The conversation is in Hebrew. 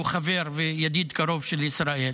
שהוא חבר וידיד קרוב של ישראל,